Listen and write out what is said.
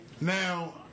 Now